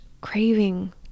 craving